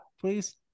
please